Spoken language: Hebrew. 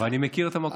אבל אני מכיר את המקום.